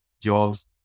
jobs